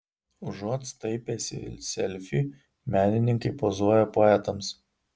užuot staipęsi selfiui menininkai pozuoja poetams